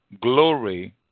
glory